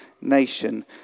nation